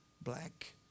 black